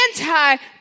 anti